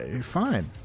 fine